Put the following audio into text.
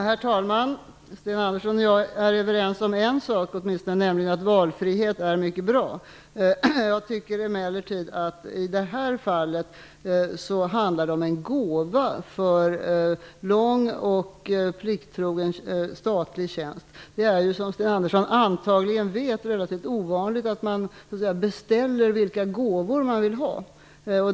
Herr talman! Sten Andersson i Malmö och jag är överens åtminstone om en sak, nämligen att valfrihet är mycket bra. Det handlar emellertid i det här fallet om en gåva för lång och plikttrogen statlig tjänst. Det är ju, som Sten Andersson an tagligen vet, relativt ovanligt att man beställer vilka gåvor man vill ha.